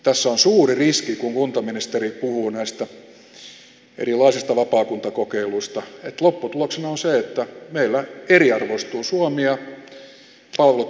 tässä on suuri riski kun kuntaministeri puhuu näistä erilaisista vapaakuntakokeiluista että lopputuloksena on se että meillä eriarvoistuu suomi ja palvelut tulevat heikkenemään